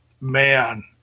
man